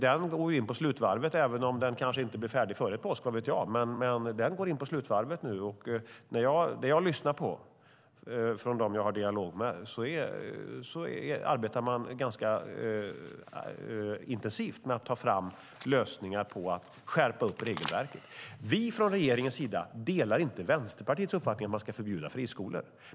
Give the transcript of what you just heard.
Den går in på slutvarvet, även om den kanske inte blir färdig före påsk, vad vet jag. Men den går in på slutvarvet. Efter vad jag hör av dem som jag har dialog med arbetar man ganska intensivt med att ta fram lösningar på att skärpa regelverket. Vi från regeringens sida delar inte Vänsterpartiets uppfattning att man ska förbjuda friskolor.